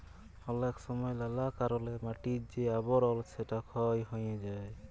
অলেক সময় লালা কারলে মাটির যে আবরল সেটা ক্ষয় হ্যয়ে যায়